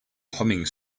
humming